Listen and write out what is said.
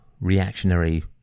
reactionary